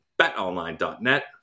BetOnline.net